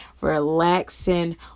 relaxing